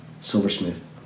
silversmith